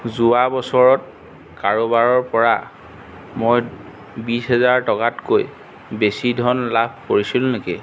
যোৱা বছৰত কাৰোবাৰপৰা মই বিছ হাজাৰ টকাতকৈ বেছি ধন লাভ কৰিছিলোঁ নেকি